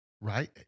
right